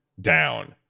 down